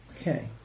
Okay